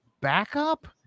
backup